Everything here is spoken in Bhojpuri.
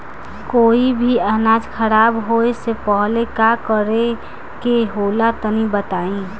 कोई भी अनाज खराब होए से पहले का करेके होला तनी बताई?